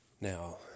Now